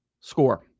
score